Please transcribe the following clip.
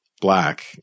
black